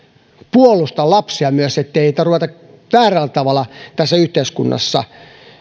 puolusta lapsia myös niin ettei heitä ruveta väärällä tavalla tässä yhteiskunnassa